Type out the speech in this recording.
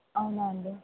అవునా అండి